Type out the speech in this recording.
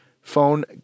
phone